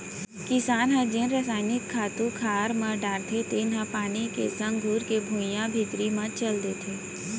किसान ह जेन रसायनिक खातू खार म डारथे तेन ह पानी के संग घुरके भुइयां भीतरी म चल देथे